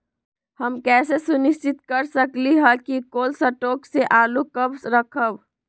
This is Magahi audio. हम कैसे सुनिश्चित कर सकली ह कि कोल शटोर से आलू कब रखब?